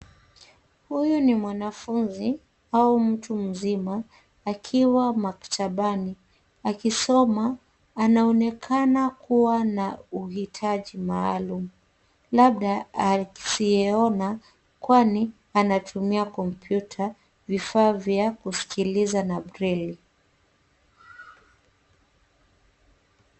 Huyu ni mwanafunzi au mtu mzima akiwa maktabani akisoma. Anaonekana kuwa na uhitaji maalum labda asiyeona kwani anatumia kompyuta, vifaa vya kuskiliza na braille .